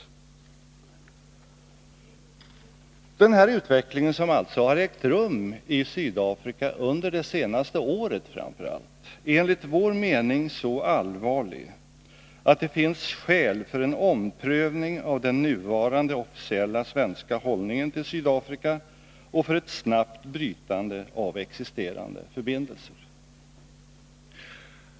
Den här utvecklingen, som alltså har ägt rum i Sydafrika framför allt under det senaste året, är enligt vår mening så allvarlig, att det finns skäl för en omprövning av den nuvarande officiella svenska hållningen till Sydafrika och för ett snabbt brytande av existerande förbindelser.